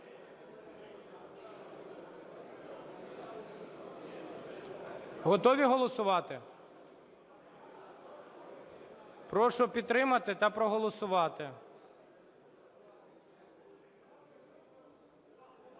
Готові голосувати? Прошу підтримати та проголосувати.